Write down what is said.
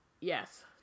yes